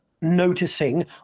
noticing